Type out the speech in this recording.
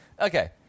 okay